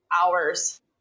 hours